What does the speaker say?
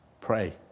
Pray